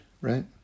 right